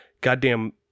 goddamn